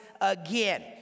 Again